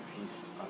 peace